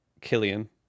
Killian